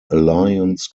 alliance